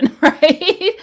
right